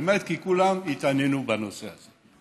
כי כולם התעניינו בנושא הזה.